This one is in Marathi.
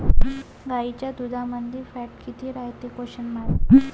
गाईच्या दुधामंदी फॅट किती रायते?